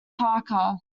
parker